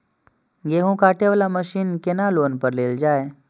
गेहूँ काटे वाला मशीन केना लोन पर लेल जाय?